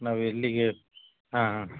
ನಾವು ಎಲ್ಲಿಗೆ ಹಾಂ ಹಾಂ